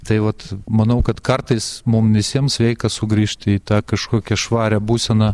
tai vat manau kad kartais mum visiems sveika sugrįžt į tą kažkokią švarią būseną